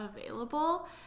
available